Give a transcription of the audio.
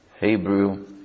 Hebrew